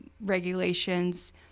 regulations